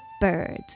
birds